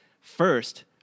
first